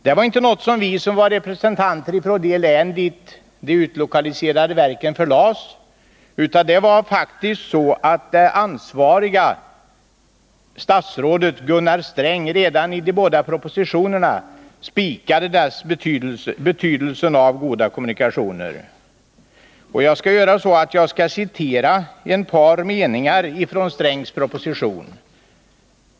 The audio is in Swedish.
Det var inte något som vi som var representanter för de län till vilka de utlokaliserade verken förlades har framhållit utan det var faktiskt så att det ansvariga statsrådet Gunnar Sträng redan i de båda propositionerna spikade betydelsen av goda förbindelser. Jag skall citera ett par meningar ur Strängs proposition.